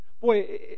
Boy